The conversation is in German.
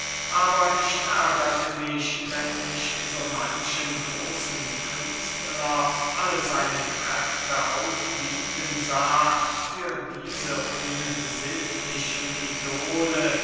aber ich ärgerte mich wenn ich so manchen großen künstler allen seinen kräften aufbieten sah für diese unsittliche idole